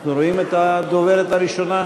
אנחנו רואים את הדוברת הראשונה?